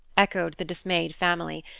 echoed the dismayed family,